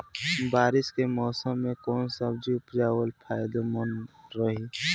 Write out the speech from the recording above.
बारिश के मौषम मे कौन सब्जी उपजावल फायदेमंद रही?